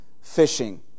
Fishing